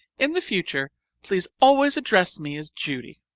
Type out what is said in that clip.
in the future please always address me as judy.